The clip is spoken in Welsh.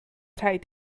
rhaid